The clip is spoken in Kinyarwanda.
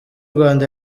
rwanda